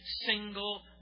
single